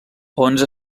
onze